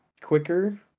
quicker